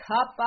Cup